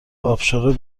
ابشار